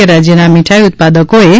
કે રાજ્યના મીઠાઇ ઉત્પાદકોએ તા